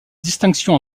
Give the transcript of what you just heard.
distinction